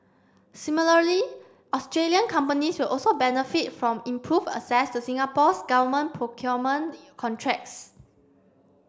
similarly Australian companies will also benefit from improved access to Singapore's government procurement contracts